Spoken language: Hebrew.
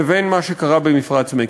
לבין מה שקרה במפרץ מקסיקו.